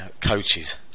coaches